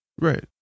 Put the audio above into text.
Right